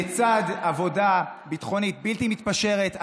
לצד עבודה ביטחונית בלתי מתפשרת.